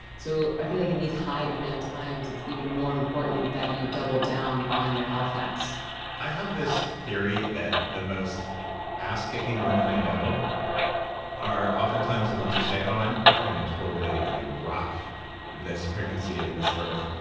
so i feel like in these high-demand times it's even more important that you double down on your health hacks i have this theory that the most ass-kicking women i know are oftentimes the ones who say, oh, i'm going to totally you know rock this pregnancy and this birth,